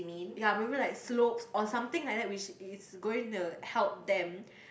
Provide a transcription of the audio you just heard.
ya maybe like slopes or something like that which is going to help them